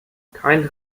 kein